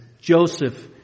Joseph